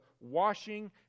washing